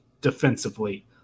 defensively